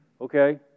Okay